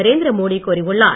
நரேந்திர மோடி கூறியுள்ளார்